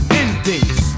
endings